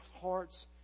hearts